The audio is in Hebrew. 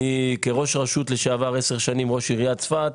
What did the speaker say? כראש רשות לשעבר עשר שנים, ראש עיריית צפת,